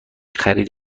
خرید